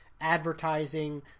advertising